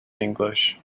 english